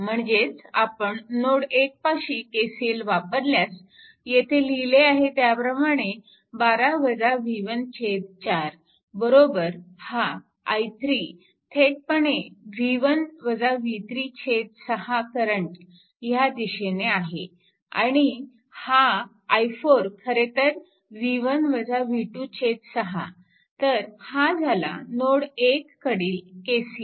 म्हणजेच आपण नोड 1 पाशी KCL वापरल्यास येथे लिहिले आहे त्याप्रमाणे 4 हा i3 थेटपणे 6 करंट ह्या दिशेने आहे आणि हा i4 खरेतर 6 तर हा झाला नोड 1 कडील KCL